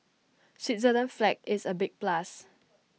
Switzerland's flag is A big plus